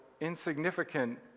insignificant